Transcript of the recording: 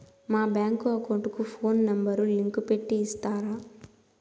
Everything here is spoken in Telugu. మా బ్యాంకు అకౌంట్ కు ఫోను నెంబర్ లింకు పెట్టి ఇస్తారా?